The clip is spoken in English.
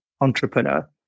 Entrepreneur